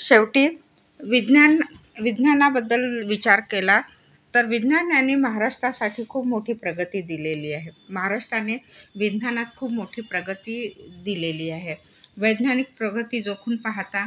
शेवटी विज्ञान विज्ञानाबद्दल विचार केला तर विज्ञान आणि महाराष्ट्रासाठी खूप मोठी प्रगती दिलेली आहे महाराष्ट्राने विज्ञानात खूप मोठी प्रगती दिलेली आहे वैज्ञानिक प्रगती झोकून पाहता